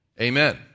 Amen